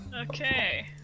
Okay